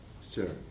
Sir